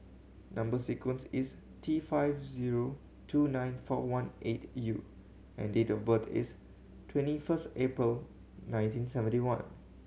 number sequence is T five zero two nine four one eight U and date of birth is twenty first April nineteen seventy one